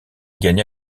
gagna